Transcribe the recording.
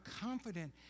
confident